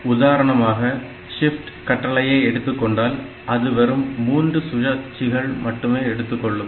உதாரணமாக ஷிப்ட் கட்டளையை எடுத்துக்கொண்டால் அது வெறும் மூன்று சுழற்சிகள் மட்டுமே எடுத்துக்கொள்ளும்